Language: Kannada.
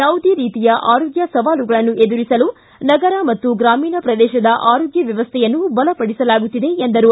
ಯಾವುದೇ ರೀತಿಯ ಆರೋಗ್ಯ ಸವಾಲುಗಳನ್ನು ಎದುರಿಸಲು ನಗರ ಮತ್ತು ಗ್ರಾಮೀಣ ಪ್ರದೇಶದ ಆರೋಗ್ಯ ವ್ಯವಸ್ಥೆಯನ್ನು ಬಲಪಡಿಸಲಾಗುತ್ತಿದೆ ಎಂದರು